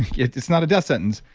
it's it's not a death sentence.